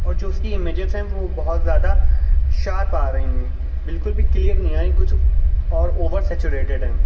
اور جو اس کی امیجز ہیں وہ بہت زیادہ شارپ آ رہی ہیں بالکل بھی کلیئر نہیں آ رہی کچھ اور اوور سچوریٹڈ ہیں